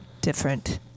different